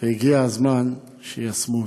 והגיע הזמן שיישמו אותו.